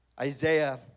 Isaiah